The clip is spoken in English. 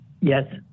Yes